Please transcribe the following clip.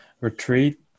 retreat